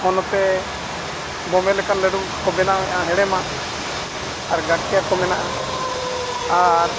ᱦᱚᱸ ᱱᱚᱛᱮ ᱫᱚᱢᱮ ᱞᱮᱠᱟᱱ ᱞᱟᱹᱰᱩ ᱠᱚ ᱵᱮᱱᱟᱣᱮᱜᱼᱟ ᱦᱮᱬᱮᱢᱟᱜ ᱟᱨ ᱜᱟᱹᱴᱷᱤᱭᱟ ᱠᱚ ᱢᱮᱱᱟᱜᱼᱟ ᱟᱨ